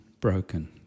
broken